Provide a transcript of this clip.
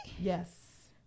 Yes